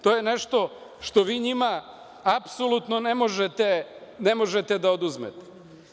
To je nešto što vi njima apsolutno ne možete da oduzmete.